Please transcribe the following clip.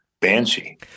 Banshee